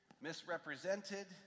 misrepresented